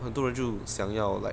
很多人就想要 like